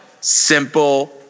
Simple